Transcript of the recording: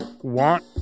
want